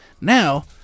Now